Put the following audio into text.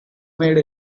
made